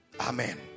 Amen